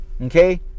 Okay